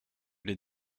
les